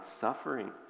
suffering